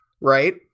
right